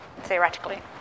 theoretically